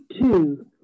two